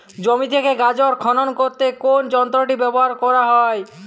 জমি থেকে গাজর খনন করতে কোন যন্ত্রটি ব্যবহার করা হয়?